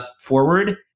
forward